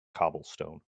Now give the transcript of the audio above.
cobblestone